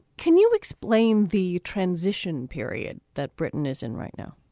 can you explain the transition period that britain is in right now?